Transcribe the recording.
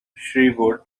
sherwood